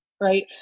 right